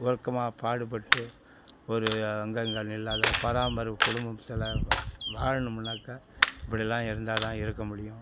ஒழுக்கமாக பாடுபட்டு ஒரு அங்கே இங்கேன்னு இல்லாம பராமர குடும்பத்தில் வாழணுமுன்னாக்கா இப்படியெல்லாம் இருந்தால் தான் இருக்க முடியும்